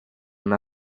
una